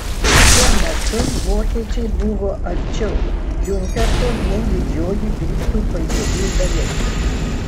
tuo metu vokiečiai buvo arčiau diunkerko nei didžioji britų pajėgų dalis